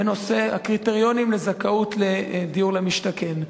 בנושא הקריטריונים לזכאות לדיור למשתכן.